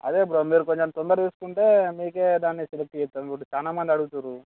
అదే బ్రో మీరు కొంచెం తొందర చూసుకుంటే మీకే దాన్ని సెలెక్ట్ చేస్తాము ఇప్పుడు చాలా మంది అడుగుతున్నారు